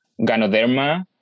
Ganoderma